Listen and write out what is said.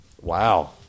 Wow